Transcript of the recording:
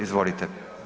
Izvolite.